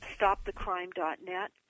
stopthecrime.net